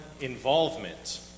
involvement